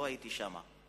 לא הייתי שם.